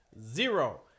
Zero